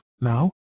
now